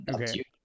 okay